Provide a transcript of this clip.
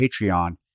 Patreon